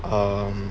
um